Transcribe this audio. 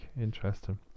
interesting